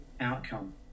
outcome